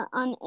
on